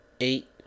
Eight